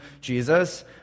Jesus